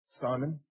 Simon